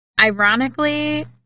Ironically